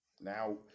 now